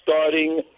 starting